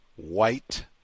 white